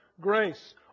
grace